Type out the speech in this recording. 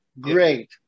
Great